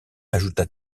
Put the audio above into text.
ajouta